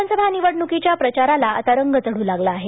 विधानसभा निवडण्कीच्या प्रचाराला आता रंग चढू लागला आहे